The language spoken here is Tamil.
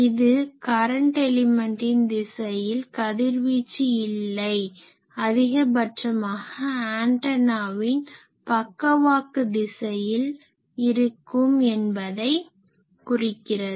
இது கரன்ட் எலிமென்ட்டின் திசையில் கதிர்வீச்சு இல்லை அதிகபட்சமாக ஆன்டனாவின் பக்கவாக்கு திசையில் இருக்கும் என்பதை குறிக்கிறது